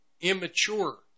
immature